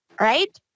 right